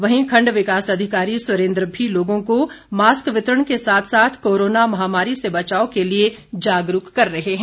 वहीं खण्ड विकास अधिकारी सुरेंद्र भी लोगों को मास्क वितरण के साथ साथ कोरोना महामारी से बचाव के लिये जागरूक कर रहे हैं